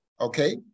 Okay